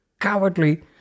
cowardly